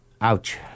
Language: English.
Ouch